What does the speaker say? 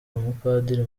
umupadiri